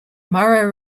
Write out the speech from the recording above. mara